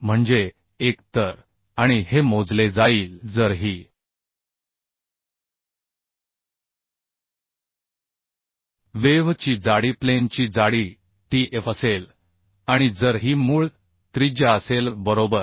5 म्हणजे 1 तर आणि हे मोजले जाईल जर ही वेव्ह ची जाडी प्लेन ची जाडी t f असेल आणि जर ही मूळ त्रिज्या असेल बरोबर